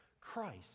Christ